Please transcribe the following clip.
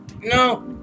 No